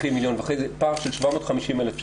צריכים 1.5 מיליון, פער של 750,000 שקל,